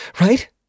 Right